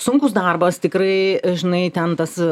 sunkus darbas tikrai žinai ten tas